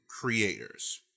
creators